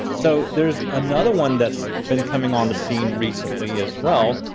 so there's another one that's been coming on the scene recently as well,